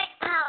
power